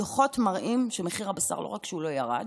הדוחות מראים שמחיר הבשר לא רק שהוא לא ירד,